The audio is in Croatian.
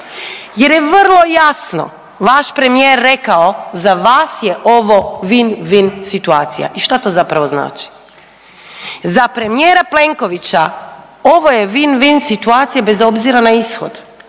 jer je vrlo jasno vaš premijer rekao, za vas je ovo win-win situacija. I šta to zapravo znači? Za premijera Plenkovića ovo je win-win situacija bez obzira na ishod,